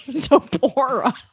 Deborah